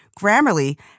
Grammarly